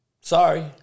Sorry